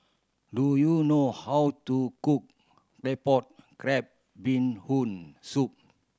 do you know how to cook Claypot Crab Bee Hoon Soup